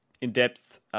in-depth